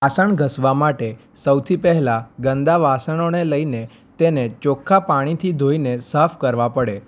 વાસણ ઘસવા માટે સૌથી પહેલાં ગંદા વાસણોને લઈને તેને ચોખ્ખા પાણીથી ધોઈને સાફ કરવા પડે